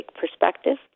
perspective